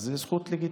אז זו זכות לגיטימית.